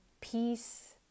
peace